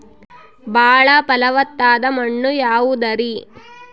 ಬಾಳ ಫಲವತ್ತಾದ ಮಣ್ಣು ಯಾವುದರಿ?